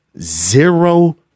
zero